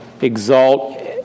exalt